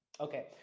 Okay